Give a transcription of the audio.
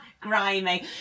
grimy